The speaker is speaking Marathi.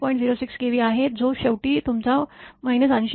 ०६ केव्ही आहे जो शेवटी तुमचा ८०